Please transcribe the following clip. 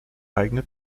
eigene